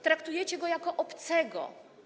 Traktujecie go jak obcego.